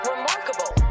Remarkable